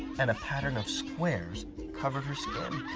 and a pattern of squares covered her skin.